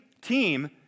team